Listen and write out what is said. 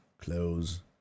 Close